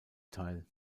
teil